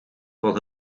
van